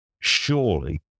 surely